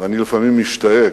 ואני לפעמים משתאה,